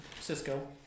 Cisco